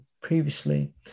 previously